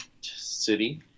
city